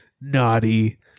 naughty